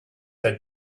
had